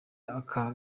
aka